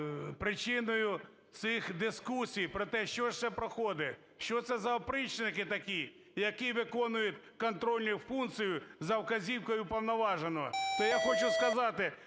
причиною цих дискусій про те, що ж це проходить, що це за опричники такі, які виконують контрольну функцію за вказівкою уповноваженого.